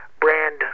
brand